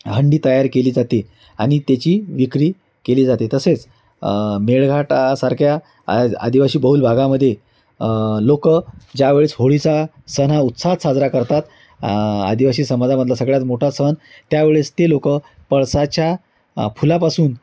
हंडी तयार केली जाते आणि त्याची विक्री केली जाते तसेच मेळघाटासारख्या आ आदिवासीबहुल भागामध्ये लोक ज्यावेळेस होळीचा सण हा उत्साहात साजरा करतात आदिवासी समाजामधला सगळ्यात मोठा सण त्यावेळेस ते लोक पळसाच्या फुलापासून